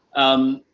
um,